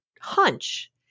hunch